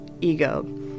ego